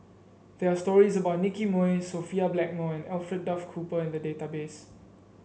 there are stories about Nicky Moey Sophia Blackmore and Alfred Duff Cooper in the database